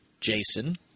Jason